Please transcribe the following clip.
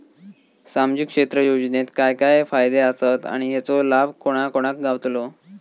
सामजिक क्षेत्र योजनेत काय काय फायदे आसत आणि हेचो लाभ कोणा कोणाक गावतलो?